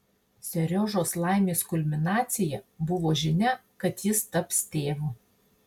seriožos laimės kulminacija buvo žinia kad jis taps tėvu